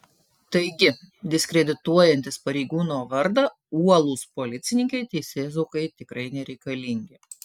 taigi diskredituojantys pareigūno vardą uolūs policininkai teisėsaugai tikrai nereikalingi